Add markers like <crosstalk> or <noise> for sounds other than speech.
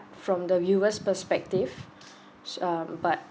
from the viewers perspective <breath> um but